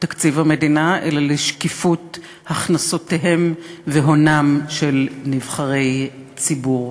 תקציב המדינה אלא לשקיפות הכנסותיהם והונם של נבחרי ציבור.